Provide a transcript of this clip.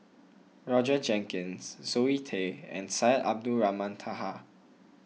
Roger Jenkins Zoe Tay and Syed Abdulrahman Taha